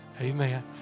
amen